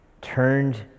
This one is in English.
turned